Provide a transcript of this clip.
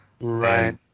Right